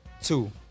Two